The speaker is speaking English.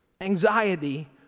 anxiety